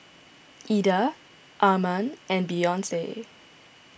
Eda Arman and Beyonce